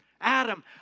Adam